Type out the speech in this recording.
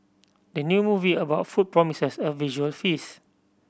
the new movie about food promises a visual feast